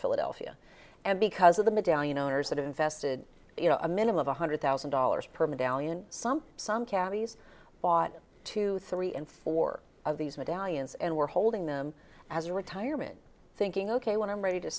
philadelphia and because of the medallion owners that invested you know a minimum of one hundred thousand dollars per medallion some some cabbies bought two three and four of these medallions and were holding them as a retirement thinking ok when i'm ready to